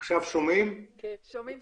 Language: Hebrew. אבל שתהיה אפשרות